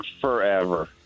forever